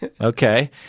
Okay